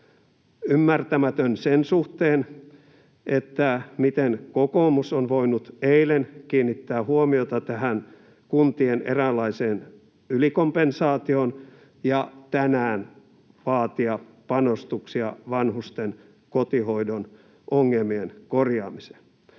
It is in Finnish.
ymmärtämätön sen suhteen, miten kokoomus on voinut eilen kiinnittää huomiota tähän kuntien eräänlaiseen ylikompensaatioon ja tänään vaatia panostuksia vanhusten kotihoidon ongelmien korjaamiseen.